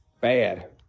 bad